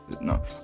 No